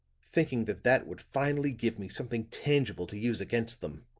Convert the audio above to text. thinking that that would finally give me something tangible to use against them.